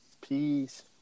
Peace